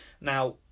now